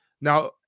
now